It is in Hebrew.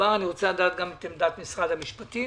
אני רוצה לדעת גם את עמדת משרד המשפטים.